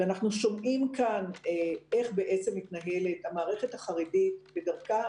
ואנחנו שומעים כאן איך בעצם מתנהלת המערכת החרדית בדרכה